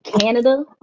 Canada